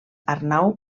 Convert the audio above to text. arnau